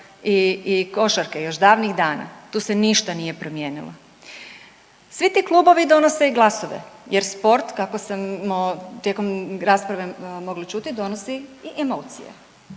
i košarke još davnih dana, tu se ništa nije promijenilo. Svi ti klubovi donose i glasove jer sport kako smo tijekom rasprave mogli čuti donosi i